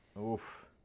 Oof